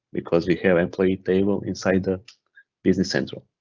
because we have employee table inside the business central.